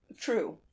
True